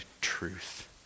truth